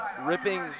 ripping